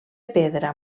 pedra